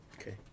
Okay